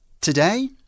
Today